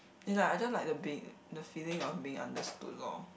it's like I just like the being the feeling of being understood lor